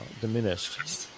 diminished